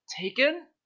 Taken